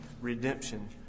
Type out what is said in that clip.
redemption